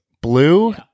blue